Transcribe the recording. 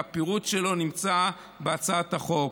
והפירוט שלו נמצא בהצעת החוק.